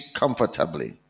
comfortably